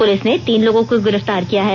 प्रलिस ने तीन लोगों को गिरफ्तार किया है